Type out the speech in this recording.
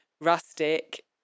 rustic